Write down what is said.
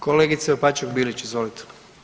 Kolegice Opačak Bilić, izvolite.